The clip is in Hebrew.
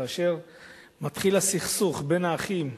כאשר מתחיל הסכסוך בין האחים,